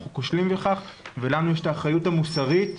אנחנו כושלים בכך ולנו יש את האחריות המוסרית,